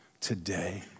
today